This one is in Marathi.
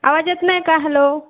आवाज येत नाही का हलो